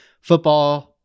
football